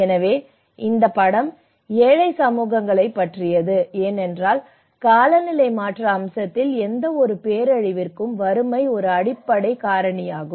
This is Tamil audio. எனவே இந்த படம் ஏழை சமூகங்களைப் பற்றியது ஏனென்றால் காலநிலை மாற்ற அம்சத்தில் எந்தவொரு பேரழிவிற்கும் வறுமை ஒரு அடிப்படை காரணியாகும்